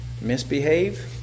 misbehave